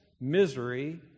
misery